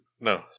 No